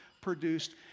produced